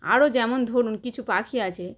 আরও যেমন ধরুন কিছু পাখি আছে